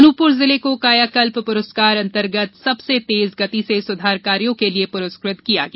अनूपप्र जिले को कायाकल्प प्रूस्कार अंतर्गत सबसे तेज गति से सुधार कार्यों के लिए प्रुष्कृत किया गया